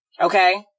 okay